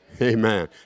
Amen